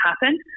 happen